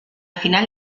final